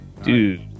Dude